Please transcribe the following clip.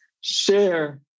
Share